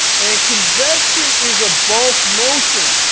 and convection is a bulk motion.